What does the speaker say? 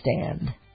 stand